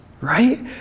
right